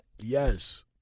Yes